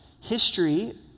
history